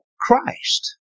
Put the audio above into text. Christ